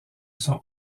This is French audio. son